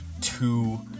two